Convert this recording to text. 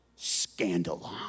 Scandalon